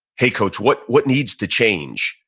hey coach, what what needs to change?